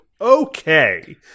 okay